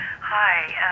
Hi